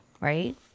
right